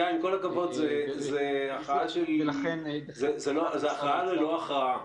שי, עם כל הכבוד, זה הכרעה ללא הכרעה.